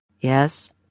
Yes